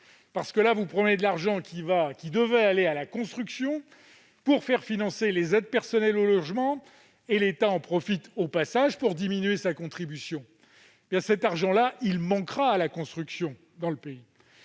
article 47, vous prenez de l'argent destiné à la construction pour financer les aides personnalisées au logement, et l'État en profite, au passage, pour réduire sa contribution. Cet argent va manquer à la construction dans le pays